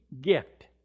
gift